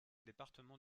département